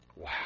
Wow